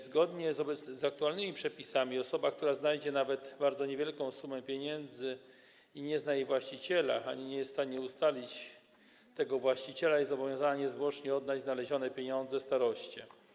Zgodnie z aktualnymi przepisami osoba, która znajdzie nawet bardzo niewielką sumę pieniędzy i nie zna jej właściciela ani nie jest w stanie ustalić tego właściciela, jest zobowiązana niezwłocznie oddać znalezione pieniądze staroście.